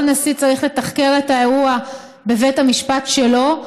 כל נשיא צריך לתחקר את האירוע בבית המשפט שלו,